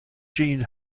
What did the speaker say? gene